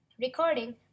Recording